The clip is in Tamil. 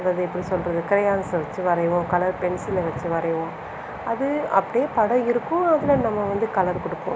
அதாவது எப்படி சொல்கிறது கிரையான்ஸை வச்சு வரைவோம் கலர் பென்சிலை வச்சு வரைவோம் அதே அப்டியே படம் இருக்கும் அதில் நம்ம வந்து கலர் கொடுப்போம்